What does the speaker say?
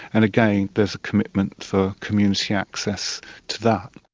and again there's a commitment for community access to that.